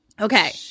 Okay